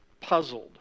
puzzled